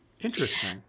Interesting